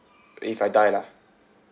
if I die lah